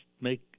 make